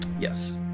yes